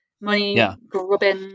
money-grubbing